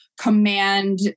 command